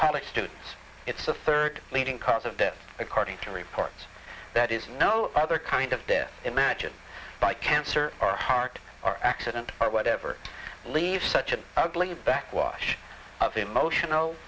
college students it's a third leading cause of death according to reports that is no other kind of death imagine by cancer or heart or accident or whatever leaves such an ugly backwash of emotional